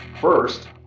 first